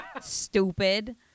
Stupid